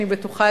אני בטוחה,